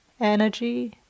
energy